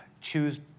choose